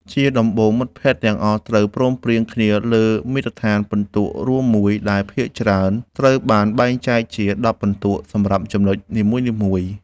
ជាដំបូង មិត្តភក្តិទាំងអស់ត្រូវព្រមព្រៀងគ្នាលើមាត្រដ្ឋានពិន្ទុរួមមួយ ដែលភាគច្រើនត្រូវបានបែងចែកជា ១០ ពិន្ទុសម្រាប់ចំណុចនីមួយៗ។